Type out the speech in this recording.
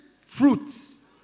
fruits